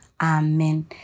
amen